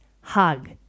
hug